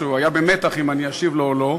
הוא היה במתח אם אני אשיב לו או לא.